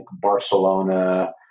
Barcelona